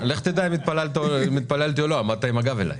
לך תדע אם התפללתי או לא, עמדת עם הגב אליי.